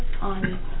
on